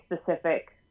specific